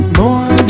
more